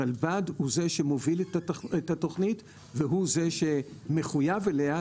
הרלב"ד הוא זה שמוביל את התוכנית והוא זה שמחויב אליה,